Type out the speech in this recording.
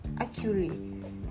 accurately